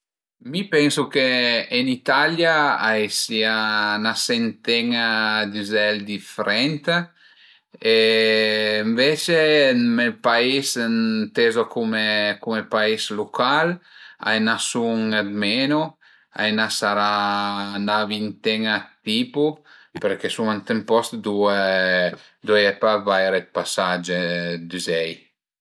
Mi pensu che ën Italia a i sia 'na senten-a d'üzel difrent e ënvece ën me pais intezo cume pais lucal a i ën sun d'menu, a i ën sarà 'na vinten-a d'tipu perché sun ënt ün post ëndua ëndua a ie pa vaire pasage d'üzei